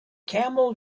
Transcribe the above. camel